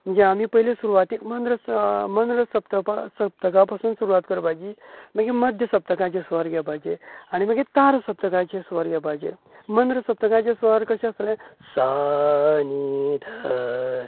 जे आमी पयली सुरवातीक मन्र मन्र सप्तपा सप्तका पासून सुरवात करपाची मागीर मध्य सप्तकाची स्वा घेवपाची आमी मागीर तार सप्तकाची स्वर घेवपाची मन्र सप्तकाची स्वर कशे आसतले सा नी ध